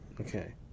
Okay